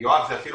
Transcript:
כל